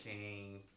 King